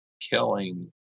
killing